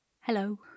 hello